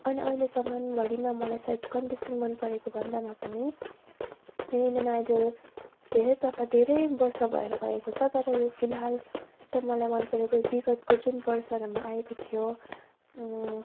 अनि अहिलेसम्मभरिमा मलाई सायद कन्टेस्टेन्ट मनपरेको भन्दामा पनि यो इन्डियन आइडल धेरै प्रकार धेरै वर्ष भएर गएको छ तर यो फिलहाल चाहिँ मलाई मनपरेको विगतको जुन वर्षहरूमा आएको थियो